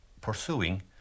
pursuing